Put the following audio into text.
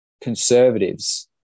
conservatives